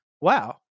wow